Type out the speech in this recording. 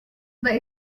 were